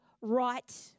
right